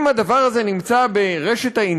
אם הדבר הזה נמצא באינטרנט